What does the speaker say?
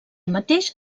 mateix